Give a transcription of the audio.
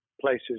places